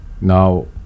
Now